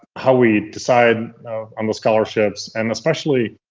how we decide on those scholarships, and especially